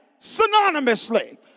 synonymously